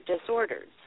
disorders